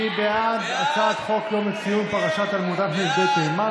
מי בעד הצעת חוק יום לציון פרשת היעלמותם של ילדי תימן,